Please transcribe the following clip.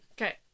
Okay